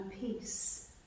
peace